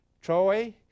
Troy